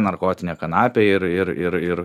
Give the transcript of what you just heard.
narkotinė kanapė ir ir ir ir